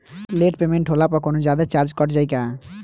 Late payment होला पर कौनोजादे चार्ज कट जायी का?